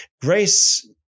grace